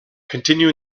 continue